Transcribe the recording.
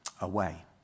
away